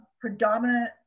Predominant